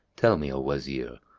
tell me, o wazir,